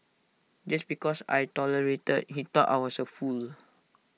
just because I tolerated he thought I was A fool